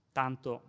tanto